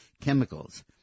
chemicals